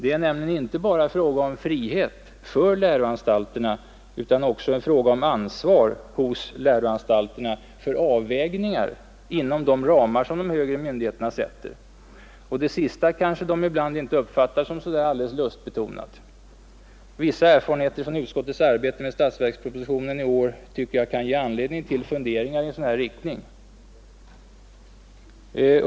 Det är nämligen inte bara fråga om frihet för läroanstalterna utan också om ansvar för avvägningar inom de ramar som högre myndigheter sätter, och detta ansvar kanske läroanstalterna ibland inte uppfattar som så lustbetonat. Vissa erfarenheter från utskottets arbete med statsverkspropositionen detta år kan ge anledning till funderingar i en sådan här riktning.